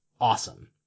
awesome